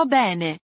bene